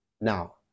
now